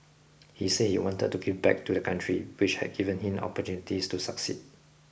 he said he wanted to give back to the country which had given him opportunities to succeed